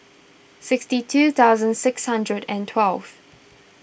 sixty two thousand six hundred and twelve